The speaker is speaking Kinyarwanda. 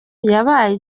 yabaye